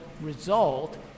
result